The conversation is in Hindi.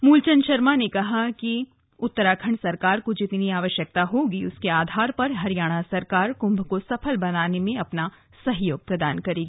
मूलचंद शर्मा ने कहा कि उत्तराखंड सरकार को जितनी आवश्यकता होगी उसके आधार पर हरियाणा सरकार कुंभ को सफल बनाने में अपना सहयोग प्रदान करेगी